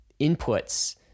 inputs